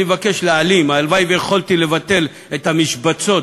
אני מבקש להעלים, הלוואי שיכולתי לבטל את המשבצות